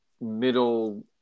middle